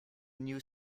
new